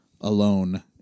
alone